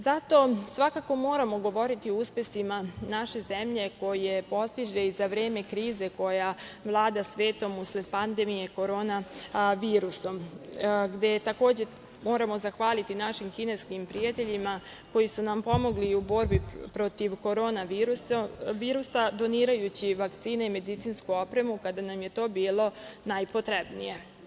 Zato svakako moramo govoriti o uspesima naše zemlje koje postiže i za vreme krize koja vlada svetom usled pandemije korona virusom, gde takođe moramo zahvaliti našim kineskim prijateljima koji su nam pomogli u borbi protiv korona virusa donirajući vakcine i medicinsku opremu kada nam je to bilo najpotrebnije.